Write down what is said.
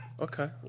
Okay